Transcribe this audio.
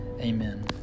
Amen